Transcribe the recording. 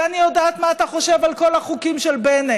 ואני יודעת מה אתה חושב על כל החוקים של בנט.